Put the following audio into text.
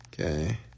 Okay